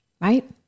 right